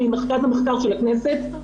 ממרכז המחקר של הכנסת,